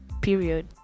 period